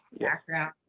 background